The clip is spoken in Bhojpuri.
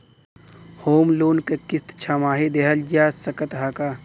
होम लोन क किस्त छमाही देहल जा सकत ह का?